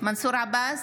מנסור עבאס,